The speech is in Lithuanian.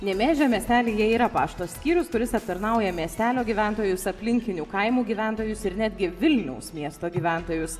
nemėžio miestelyje yra pašto skyrius kuris aptarnauja miestelio gyventojus aplinkinių kaimų gyventojus ir netgi vilniaus miesto gyventojus